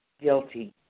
guilty